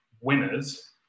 winners